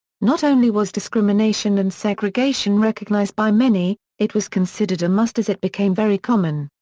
not only was discrimination and segregation recognized by many, it was considered a must as it became very common.